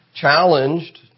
challenged